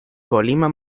colima